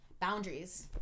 Boundaries